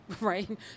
right